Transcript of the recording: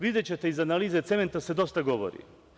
Videćete, iz analize cementa se dosta govori.